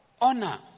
Honor